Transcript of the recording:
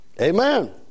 Amen